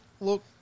Look